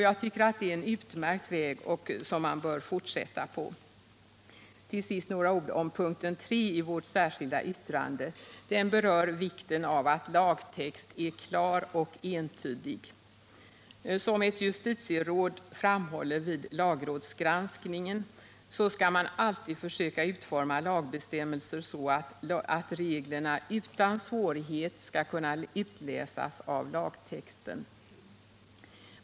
Jag tycker att det är en utmärkt väg som man bör fortsätta på. Punkten 3 i vårt särskilda yttrande berör vikten av att lagtext är klar och entydig. Som ett justitieråd framhållit vid lagrådsgranskningen skall man alltid försöka utforma lagbestämmelser så, att reglerna utan svårighet skall kunna utläsas av lagtexten.